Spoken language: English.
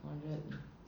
four hundred